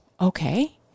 okay